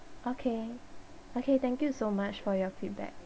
okay okay thank you so much for your feedback